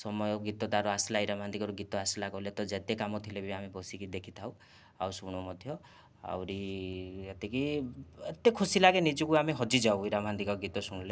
ସମୟ ଗୀତ ତାର ଆସିଲା ଇରା ମହାନ୍ତିଙ୍କର ଗୀତ ଆସିଲା ବୋଇଲେ ଯେତେ କାମ ଥିଲେ ବି ଆମେ ବସିକି ଦେଖିଥାଉ ଆଉ ଶୁଣୁ ମଧ୍ୟ ଆହୁରି ଏତିକି ଏତେ ଖୁସି ଲାଗେ ନିଜକୁ ଯେ ଆମେ ହଜିଯାଉ ଇରା ମହାନ୍ତିଙ୍କ ଗୀତ ଶୁଣିଲେ